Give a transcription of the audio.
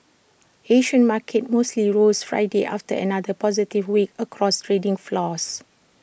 Asian markets mostly rose Friday after another positive week across trading floors